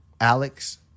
alex